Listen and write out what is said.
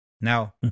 Now